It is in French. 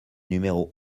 numéro